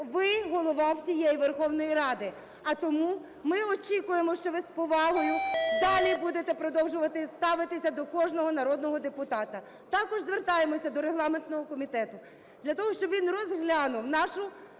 Ви – Голова всієї Верховної Ради, а тому ми очікуємо, що ви з повагою далі будете продовжувати ставитися до кожного народного депутата. Також звертаємося до регламентного комітету для того, щоб він розглянув нашу